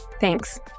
Thanks